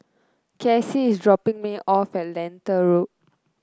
Kacy is dropping me off at Lentor Road